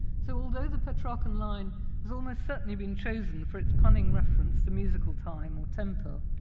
so although the petrarchan line has almost certainly been chosen for its punning reference to musical time, or tempo,